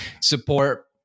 support